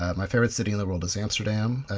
my favourite city in the world is amsterdam,